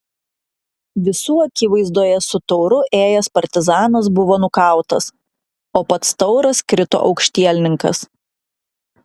visų akivaizdoje su tauru ėjęs partizanas buvo nukautas o pats tauras krito aukštielninkas